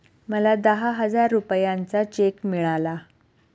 मला दहा हजार रुपयांचा चेक मिळाला